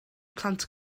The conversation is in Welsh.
plant